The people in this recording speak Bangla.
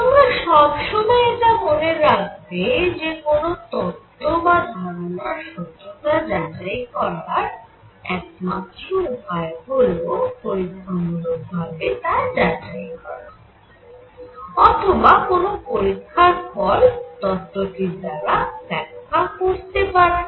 তোমরা সব সময় এটা মনে রাখবে যে কোন তত্ত্ব বা ধারণার সত্যতা যাচাই করার একমাত্র উপায় হল পরীক্ষামূলক ভাবে তা যাচাই করা অথবা কোন পরীক্ষার ফল তত্ত্বটির দ্বারা ব্যখ্যা করতে পারা